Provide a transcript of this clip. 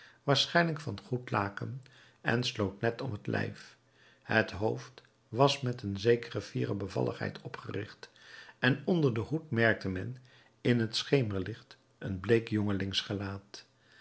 waarschijnlijk van goed laken en sloot net om het lijf het hoofd was met een zekere fiere bevalligheid opgericht en onder den hoed merkte men in het schemerlicht een bleek